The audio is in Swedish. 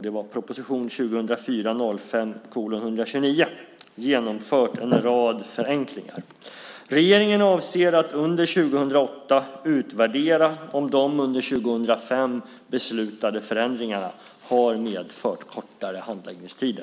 - det var proposition 2004/05:129 - genomfört en rad förenklingar. Regeringen avser att under 2008 utvärdera om de under 2005 beslutade förändringarna har medfört kortare handläggningstider.